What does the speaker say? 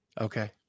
Okay